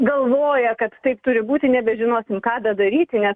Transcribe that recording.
galvoja kad taip turi būti nebežinos ką bedaryti nes